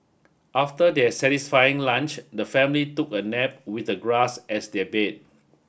after their satisfying lunch the family took a nap with the grass as their bed